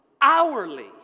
Hourly